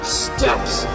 steps